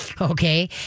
Okay